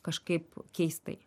kažkaip keistai